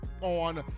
on